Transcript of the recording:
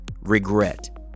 regret